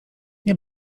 nie